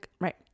right